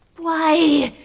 why